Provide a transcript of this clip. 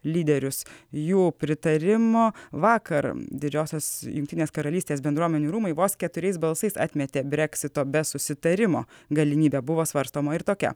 lyderius jų pritarimo vakar didžiosios jungtinės karalystės bendruomenių rūmai vos keturiais balsais atmetė breksito be susitarimo galimybę buvo svarstoma ir tokia